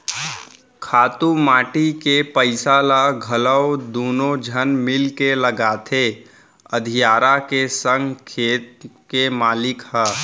खातू माटी के पइसा ल घलौ दुनों झन मिलके लगाथें अधियारा के संग खेत के मालिक ह